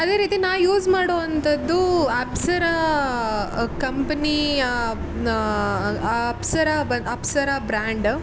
ಅದೇ ರೀತಿ ನಾ ಯೂಸ್ ಮಾಡುವಂಥದ್ದು ಅಪ್ಸರಾ ಕಂಪನಿ ಅಪ್ಸರ ಬ ಅಪ್ಸರ ಬ್ರ್ಯಾಂಡ್